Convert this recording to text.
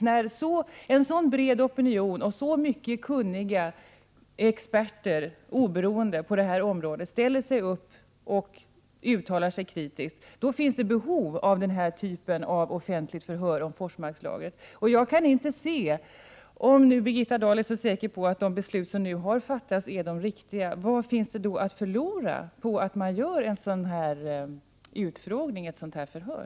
När en så bred opinion och så många oberoende och kunniga experter på detta område ställer sig upp och uttalar sig kritiskt finns det behov av den här typen av offentligt förhör om Forsmarkslagret. Om nu Birgitta Dahl är så säker på att de beslut som har fattats är de riktiga, vad finns det då att förlora på ett förhör?